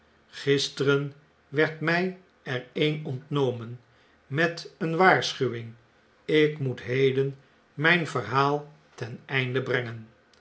gisteren werd mij er een ontnomen met eene waarschuwing ik moet heden mijn verhaal ten einde brengen